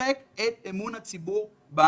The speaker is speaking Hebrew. שוחק את אמון הציבור במסכות.